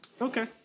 Okay